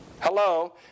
hello